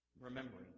remembering